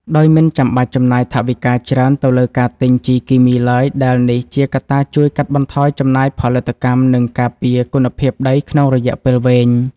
ដោយមិនចាំបាច់ចំណាយថវិកាច្រើនទៅលើការទិញជីគីមីឡើយ ដែលនេះជាកត្តាជួយកាត់បន្ថយចំណាយផលិតកម្ម និងការពារគុណភាពដីក្នុងរយៈពេលវែង។